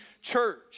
church